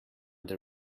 the